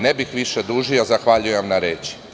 Ne bih više dužio, zahvaljujem na reči.